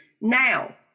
Now